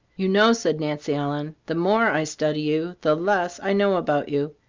you know, said nancy ellen, the more i study you, the less i know about you.